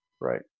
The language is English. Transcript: Right